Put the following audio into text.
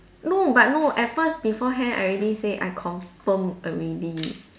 no but no at first beforehand I already say I confirm already